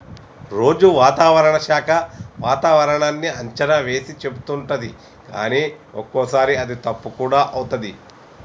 రోజు వాతావరణ శాఖ వాతావరణన్నీ అంచనా వేసి చెపుతుంటది కానీ ఒక్కోసారి అది తప్పు కూడా అవుతది